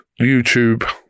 YouTube